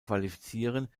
qualifizieren